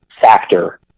factor